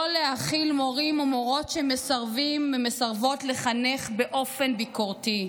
לא להכיל מורים ומורות שמסרבים ומסרבות לחנך באופן ביקורתי,